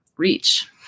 Reach